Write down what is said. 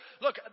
look